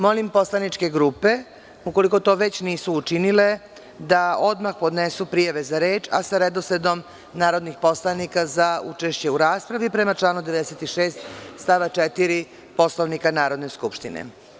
Molim poslaničke grupe, ukoliko to već nisu učinile, da odmah podnesu prijave za reč, a sa redosledom narodnih poslanika za učešće u raspravi, prema članu 96. stav 4. Poslovnika Narodne skupštine.